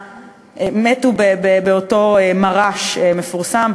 באותו מר"ש מפורסם,